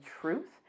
truth